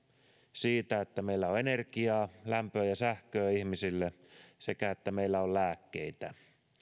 siitä että meillä on energiaa lämpöä ja sähköä ihmisille ja että meillä on lääkkeitä